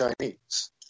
Chinese